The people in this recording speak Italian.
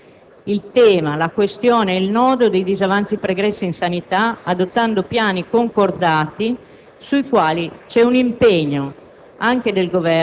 C'è invece qui un'assunzione di responsabilità del Governo, in coordinamento con i diversi livelli istituzionali, per superare definitivamente